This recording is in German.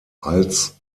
als